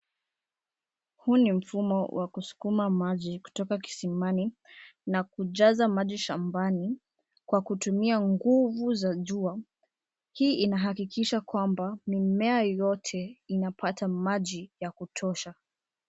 Huu ni mfumo wa kusukuma maji kutoka kisimani na kujaza maji shambani kwa kutumia nguvu za jua. Hii inakikisha kwamba mimea yote inapata maji ya kutosha.